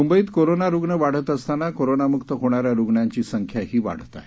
मुंबईत कोरोना रुग्ण वाढत असताना कोरोना मुक्त होणाऱ्या रुग्णांची संख्याही वाढत आहे